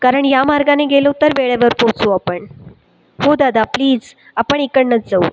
कारण या मार्गाने गेलो तर वेळेवर पोहोचू आपण हो दादा प्लिझ आपण इकडनंच जाऊ